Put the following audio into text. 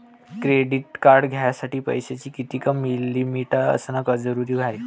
Credit card घ्यासाठी पैशाची कितीक लिमिट असनं जरुरीच हाय?